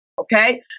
Okay